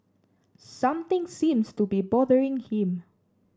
something seems to be bothering him